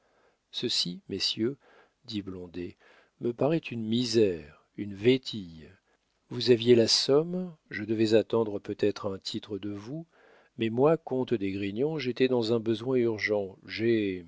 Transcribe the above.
ceci messieurs dit blondet me paraît une misère une vétille vous aviez la somme je devais attendre peut-être un titre de vous mais moi comte d'esgrignon j'étais dans un besoin urgent j'ai